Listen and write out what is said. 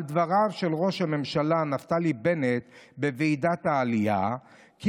על דבריו של ראש הממשלה נפתלי בנט בוועידת העלייה כי